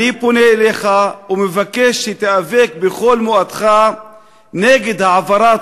אני פונה אליך ומבקש שתיאבק בכל מאודך נגד העברת